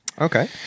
Okay